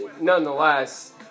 nonetheless